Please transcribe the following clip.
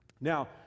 Now